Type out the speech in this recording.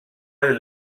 del